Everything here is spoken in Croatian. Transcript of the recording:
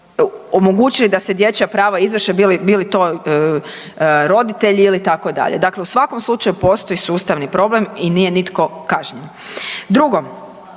nisu omogućili da se dječja prava izvrše, bili to roditelji ili tako dalje. Dakle u svakom slučaju postoji sustavni problem i nije nitko kažnjen.